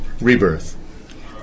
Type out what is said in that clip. rebirth